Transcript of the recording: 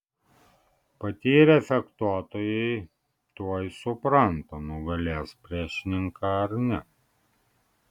patyrę fechtuotojai tuoj supranta nugalės priešininką ar ne